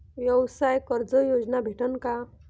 व्यवसाय कर्ज योजना भेटेन का?